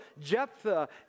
Jephthah